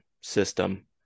system